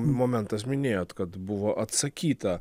mo mo momentas minėjot kad buvo atsakyta